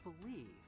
believe